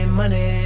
money